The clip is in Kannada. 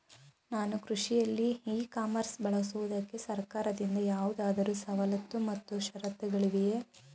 ನಾನು ಕೃಷಿಯಲ್ಲಿ ಇ ಕಾಮರ್ಸ್ ಬಳಸುವುದಕ್ಕೆ ಸರ್ಕಾರದಿಂದ ಯಾವುದಾದರು ಸವಲತ್ತು ಮತ್ತು ಷರತ್ತುಗಳಿವೆಯೇ?